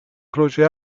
croce